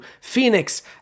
Phoenix